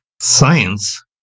science